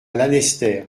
lanester